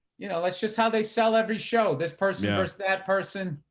you know, let's just how they sell every show, this person versus that person,